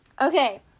Okay